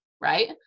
right